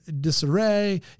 disarray